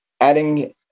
adding